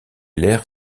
l’air